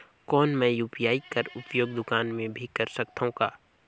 कौन मै यू.पी.आई कर उपयोग दुकान मे भी कर सकथव का?